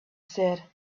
said